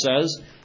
says